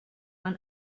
man